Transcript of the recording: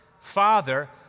Father